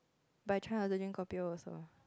but I try not to drink kopi-O also